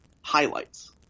highlights